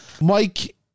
Mike